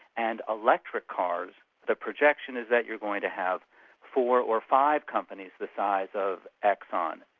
and electric cars, the projection is that you're going to have four or five companies the size of exxon.